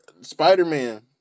Spider-Man